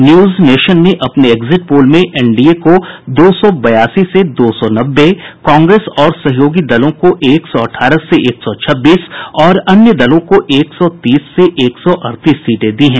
news nation ने अपने exit poll में एनडीए को दो सौ बयीस से दो सौ नब्बे कांग्रेस और सहयोगी दलों को एक सौ अठारह से एक सौ छब्बीस और अन्य दलों को एक सौ तीस से एक सौ अड़तीस सीटें दी है